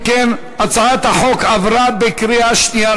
אם כן, הצעת החוק עברה בקריאה שנייה.